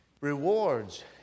Rewards